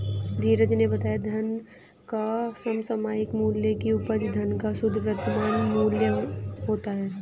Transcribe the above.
धीरज ने बताया धन का समसामयिक मूल्य की उपज धन का शुद्ध वर्तमान मूल्य होता है